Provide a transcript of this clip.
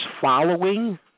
following